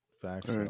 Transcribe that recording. facts